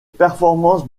performances